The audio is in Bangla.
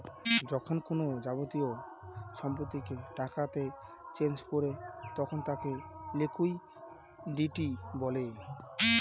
যখন কোনো যাবতীয় সম্পত্তিকে টাকাতে চেঞ করে তখন তাকে লিকুইডিটি বলে